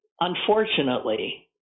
Unfortunately